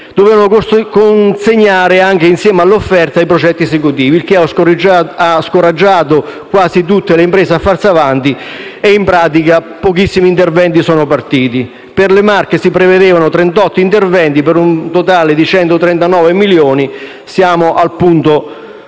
dovuto consegnare, insieme all'offerta, i progetti esecutivi, il che ha scoraggiato quasi tutte le imprese a farsi avanti (in pratica, pochissimi interventi sono partiti). Per le Marche si prevedevano 38 interventi, per un totale di 139 milioni, ma siamo al punto zero.